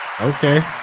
Okay